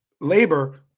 labor